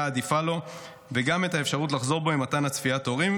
העדיפה לו וגם את האפשרות לחזור בו ממתן אפשרות לצפיית הורים,